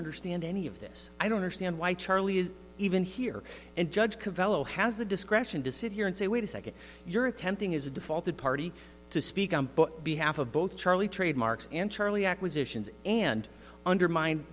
understand any of this i don't understand why charlie is even here and judge covello has the discretion to sit here and say wait a second you're attempting is a defaulted party to speak on behalf of both charlie trademarks and charlie acquisitions and undermine